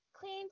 Clean